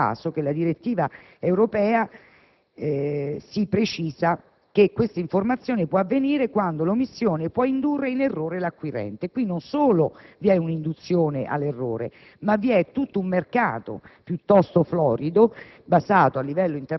Non è un caso che la direttiva europea precisi che quest'informazione può avvenire quando l'omissione può indurre in errore l'acquirente. In questo caso non solo vi è un'induzione all'errore, ma vi è tutto in mercato